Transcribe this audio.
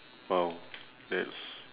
!wow! that's